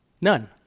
None